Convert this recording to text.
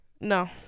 No